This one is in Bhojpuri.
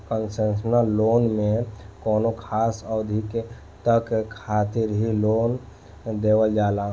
कंसेशनल लोन में कौनो खास अवधि तक खातिर ही लोन देवल जाला